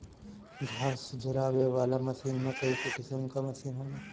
घास झुरवावे वाला मशीन में कईगो किसिम कअ मशीन होला